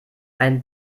ein